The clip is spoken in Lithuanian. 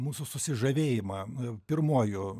mūsų susižavėjimą pirmuoju